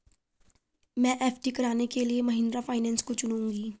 मैं एफ.डी कराने के लिए महिंद्रा फाइनेंस को चुनूंगी